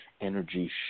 energy